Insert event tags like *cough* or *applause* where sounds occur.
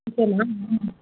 சரிம்மா *unintelligible*